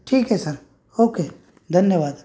ठीक आहे sir okay धन्यवाद